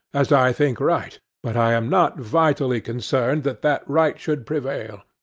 as i think right but i am not vitally concerned that that right should prevail.